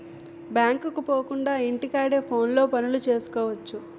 బ్యాంకుకు పోకుండా ఇంటి కాడే ఫోనులో పనులు సేసుకువచ్చు